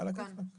בשלושה חודשים.